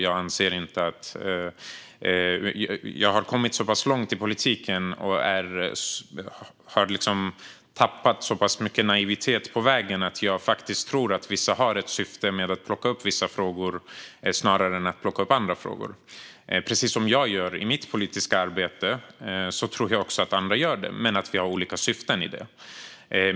Jag har kommit så pass långt i politiken och har tappat så mycket naivitet på vägen att jag faktiskt tror att en del personer har ett syfte med att plocka upp vissa frågor snarare än andra. Precis som jag gör i mitt politiska arbete tror jag också att andra gör, men jag tror att vi har olika syften.